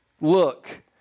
look